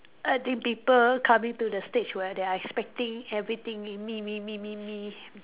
I think people coming to the stage where they are expecting everything me me me me me